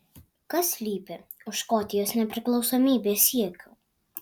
kas slypi už škotijos nepriklausomybės siekių